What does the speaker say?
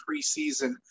preseason